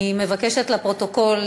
אני מבקשת לומר לפרוטוקול,